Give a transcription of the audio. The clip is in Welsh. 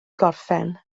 gorffen